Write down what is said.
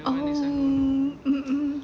oh um um